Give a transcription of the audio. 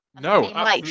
No